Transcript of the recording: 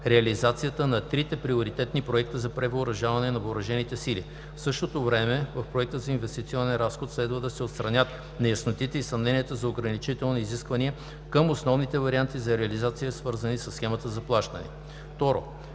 реализацията на трите приоритетни проекта за превъоръжаване на Въоръжените сили. В същото време, в Проекта за инвестиционен разход следва да се отстранят неяснотите и съмненията за ограничителни изисквания към основните варианти за реализация, свързани със схемата за плащане. 2.